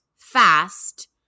FAST